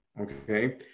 okay